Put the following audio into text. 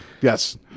yes